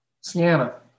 Sienna